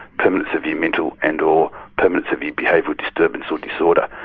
permanent severe mental and or permanent severe behavioural disturbance or disorder.